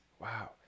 wow